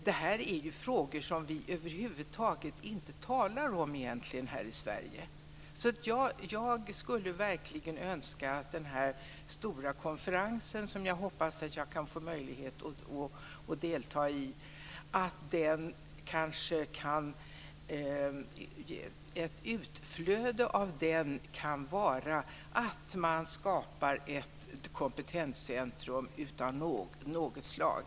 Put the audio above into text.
Detta är frågor som vi över huvud taget inte talar om här i Sverige. Jag önskar verkligen att ett utflöde av den stora konferensen, som jag hoppas att jag får möjlighet att delta i, kan bli att man inrättar ett kompetenscentrum av något slag.